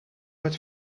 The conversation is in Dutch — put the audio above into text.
het